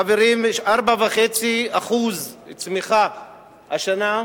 חברים, יש 4.5% צמיחה השנה.